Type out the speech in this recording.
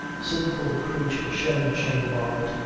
sinful creature shame, shame, margaret.